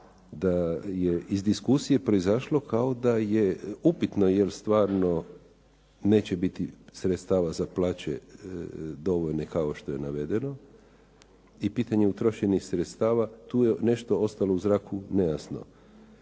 da je iz diskusije proizašlo kao da je upitno je li stvarno neće biti sredstava za plaće dovoljno kao što je navedeno i pitanje utrošenih sredstava, tu je nešto ostalo u zraku nejasno.